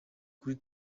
kuri